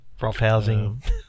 roughhousing